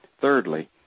Thirdly